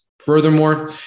Furthermore